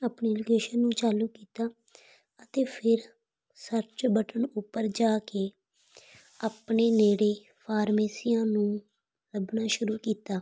ਆਪਣੀ ਲੋਕੇਸ਼ਨ ਨੂੰ ਚਾਲੂ ਕੀਤਾ ਅਤੇ ਫਿਰ ਸਰਚ ਬਟਨ ਉੱਪਰ ਜਾ ਕੇ ਆਪਣੇ ਨੇੜੇ ਫਾਰਮੇਸੀਆਂ ਨੂੰ ਲੱਭਣਾ ਸ਼ੁਰੂ ਕੀਤਾ